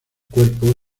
cuerpo